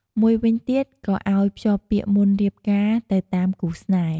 មួយវិញទៀតក៏អោយភ្ជាប់ពាក្យមុនរៀបការទៅតាមគូស្នេហ៍។